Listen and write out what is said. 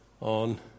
on